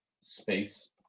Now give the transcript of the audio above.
space